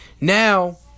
Now